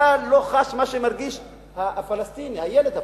אתה לא חש מה שמרגיש הפלסטיני, הילד הפלסטיני.